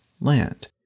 land